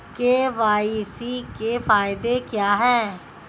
KYC के फायदे क्या है?